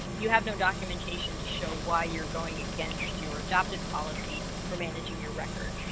you have no documentation to show why you're going against your adopted policy for managing your records,